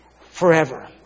forever